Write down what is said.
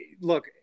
look